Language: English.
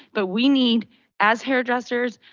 but we need as hairdressers,